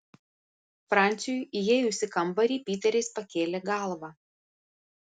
franciui įėjus į kambarį piteris pakėlė galvą